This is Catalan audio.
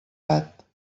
gat